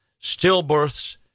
stillbirths